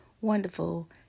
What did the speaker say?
wonderful